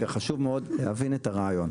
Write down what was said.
חשוב מאוד להבין את הרעיון.